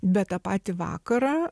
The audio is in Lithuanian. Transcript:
bet tą patį vakarą